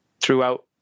throughout